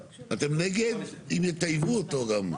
אם יטייבו אותו גם.